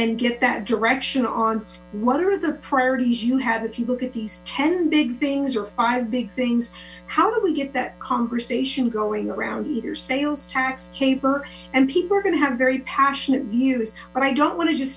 and get that direction on what are the priorities you have if you look at these ten big things or five big things how do we get that conversation going around your sales tax taper and people are going to have very passionate views but i don't want to just